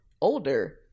Older